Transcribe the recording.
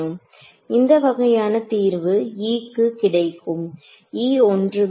எந்த வகையான தீர்வு E க்கு கிடைக்கும் E ஒன்றுமில்லை